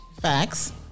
Facts